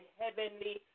heavenly